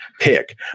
pick